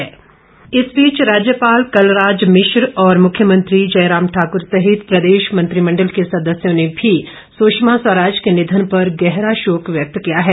शोक इस बीच राज्यपाल कलराज भिश्र और मुख्यमंत्री जयराम ठाकूर सहित प्रदेश मंत्रिमंडल के सदस्यों ने भी सुषमा स्वराज के निधन पर गहरा शोक व्यक्त किया है